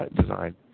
design